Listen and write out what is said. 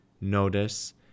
notice